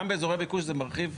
גם באזורי ביקוש זה מרחיב,